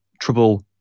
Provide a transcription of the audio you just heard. trouble